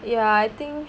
ya I think